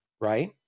right